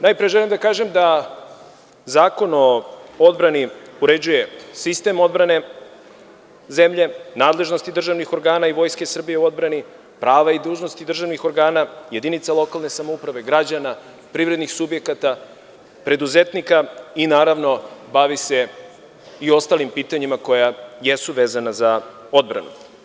Najpre želim da kažem da Zakon o odbrani uređuje sistem odbrane zemlje, nadležnosti državnih organa i Vojske Srbije u odbrani, prava i dužnosti državnih organa, jedinica lokalne samouprave, građana, privrednih subjekata, preduzetnika i, naravno, bavi se i ostalim pitanjima koja jesu vezana za odbranu.